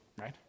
right